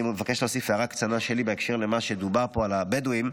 אני מבקש להוסיף הערה קטנה בקשר למה שדובר פה על הבדואים.